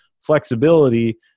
flexibility